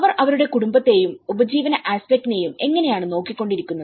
അവർ അവരുടെ കുടുംബത്തെയും ഉപജീവന ആസ്പെക്ട് നെയും എങ്ങനെയാണ് നോക്കികൊണ്ടിരുന്നത്